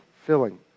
filling